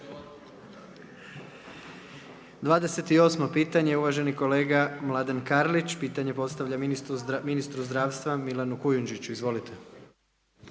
28 pitanje uvaženi kolega Mladen Karlić. Pitanje postavlja ministru zdravstva Milanu Kujundžiću. Izvolite.